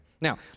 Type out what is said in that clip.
Now